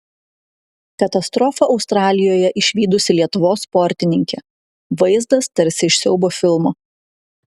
katastrofą australijoje išvydusi lietuvos sportininkė vaizdas tarsi iš siaubo filmo